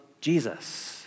Jesus